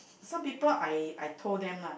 some people I I told them lah